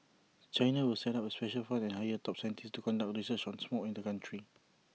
China will set up A special fund and hire top scientists to conduct research on smog in the country